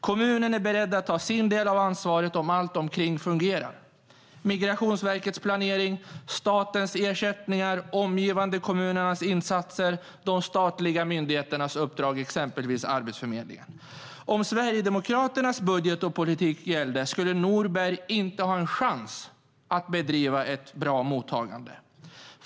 Kommunen är beredd att ta sin del av ansvaret om allt omkring fungerar: Migrationsverkets planering, statens ersättningar, omgivande kommuners insatser och de statliga myndigheternas uppdrag, exempelvis Arbetsförmedlingen. Om Sverigedemokraternas budget och politik gällde skulle Norberg inte ha en chans att bedriva ett bra mottagande.